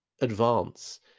advance